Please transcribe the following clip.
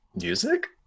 music